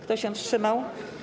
Kto się wstrzymał?